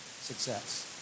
success